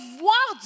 voir